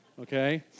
okay